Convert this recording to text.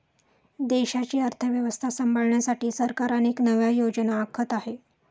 देशाची अर्थव्यवस्था सांभाळण्यासाठी सरकार अनेक नव्या योजना आखत आहे